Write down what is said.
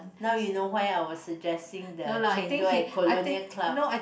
now you know why I was suggesting the chendol at Colonial Club